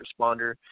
responder